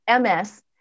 MS